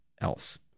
else